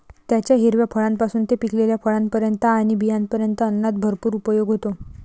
त्याच्या हिरव्या फळांपासून ते पिकलेल्या फळांपर्यंत आणि बियांपर्यंत अन्नात भरपूर उपयोग होतो